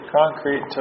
concrete